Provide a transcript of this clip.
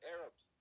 Arabs